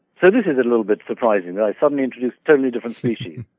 so this is a little bit surprising that i suddenly introduced totally different species.